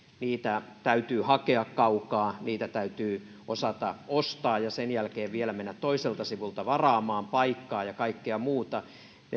niitä täytyy hakea kaukaa niitä täytyy osata ostaa ja sen jälkeen vielä mennä toiselta sivulta varaamaan paikkaa ja kaikkea muuta